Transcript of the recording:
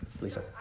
Lisa